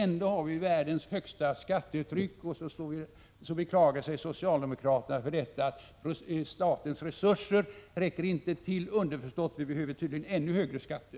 Vi har världens högsta skattetryck, och ändå beklagar sig socialdemokraterna över att statens resurser inte räcker till. Underförstått: Vi behöver ännu högre skatter.